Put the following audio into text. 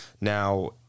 Now